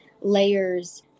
layers